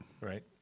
Right